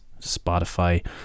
Spotify